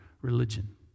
religion